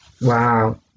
Wow